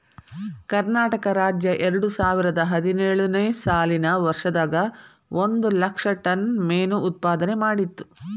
ಕರ್ನಾಟಕ ರಾಜ್ಯ ಎರಡುಸಾವಿರದ ಹದಿನೇಳು ನೇ ಸಾಲಿನ ವರ್ಷದಾಗ ಒಂದ್ ಲಕ್ಷ ಟನ್ ನಷ್ಟ ಮೇನು ಉತ್ಪಾದನೆ ಮಾಡಿತ್ತು